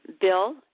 bill